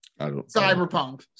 cyberpunk